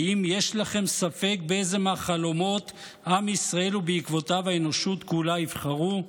האם יש לכם ספק באיזה מהחלומות עם ישראל ובעקבותיו האנושות כולה יבחרו?